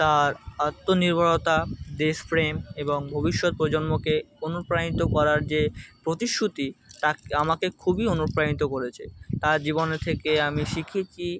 তার আত্মনির্ভরতা দেশপ্রেম এবং ভবিষ্যৎ প্রজন্মকে অনুপ্রাণিত করার যে প্রতিশ্রুতি তা আমাকে খুবই অনুপ্রাণিত করেছে তার জীবনে থেকে আমি শিখেছি